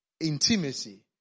intimacy